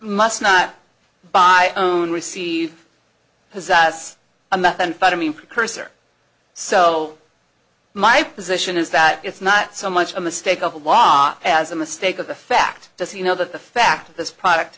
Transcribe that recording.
must not by own receive possess a methamphetamine precursor so my position is that it's not so much a mistake of a law as a mistake of the fact just you know the fact that this product